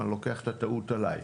אני לוקח את הטעות עליי.